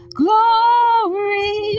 glory